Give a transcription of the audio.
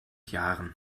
jahren